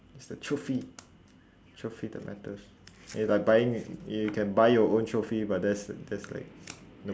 it's the trophy trophy that matters it's like buying you can buy your own trophy but that's that's like nope